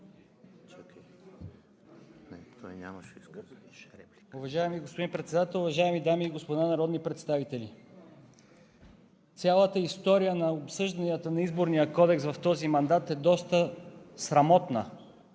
Уважаеми господин Председател, уважаеми дами и господа народни представители! Цялата история на обсъжданията на Изборния кодекс в този мандат е доста срамотна